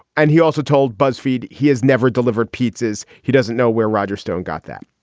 and he also told buzzfeed he has never delivered pizzas. he doesn't know where roger stone got that.